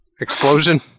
Explosion